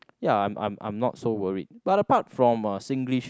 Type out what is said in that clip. ya I'm I'm I'm not so worried but apart from uh Singlish